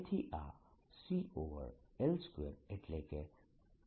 તેથી આ CL2 એટલે કે કુલંબ મીટર2 છે આ પોલરાઇઝેશન ઘનતા છે